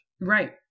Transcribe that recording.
Right